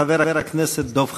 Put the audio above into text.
חבר הכנסת דב חנין.